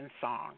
song